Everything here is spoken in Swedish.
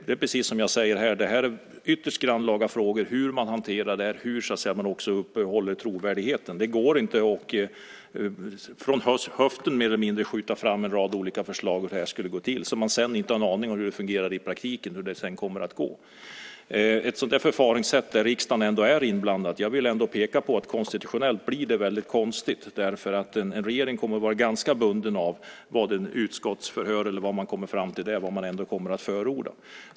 Det är precis som jag säger här: Det här är ytterst grannlaga frågor, det vill säga hur man hanterar det här och hur man upprätthåller trovärdigheten. Det går inte att mer eller mindre från höften skjuta fram en rad olika förslag och säga hur det ska gå till fastän man sedan inte har en aning om hur det fungerar i praktiken och hur det kommer att gå. När det gäller ett förfaringssätt där riksdagen är inblandad vill jag peka på att det konstitutionellt sett blir väldigt konstigt. En regering kommer att vara ganska bunden av vad man kommer fram till i utskottsförhör när det gäller vad man kommer att förorda.